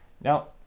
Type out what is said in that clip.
Now